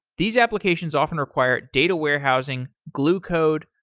these applications often require data warehousing, glue code,